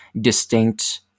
distinct